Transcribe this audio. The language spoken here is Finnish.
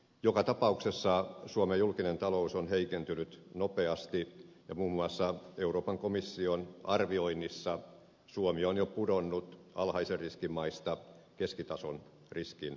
joka tapauksessa suomen julkinen talous on heikentynyt nopeasti ja muun muassa euroopan komission arvioinnissa suomi on jo pudonnut alhaisen riskin maista keskitason riskin maihin